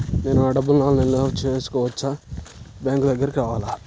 నేను నా డబ్బులను ఆన్లైన్లో చేసుకోవచ్చా? బ్యాంక్ దగ్గరకు రావాలా?